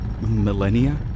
millennia